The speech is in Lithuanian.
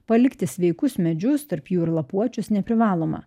palikti sveikus medžius tarp jų ir lapuočius neprivaloma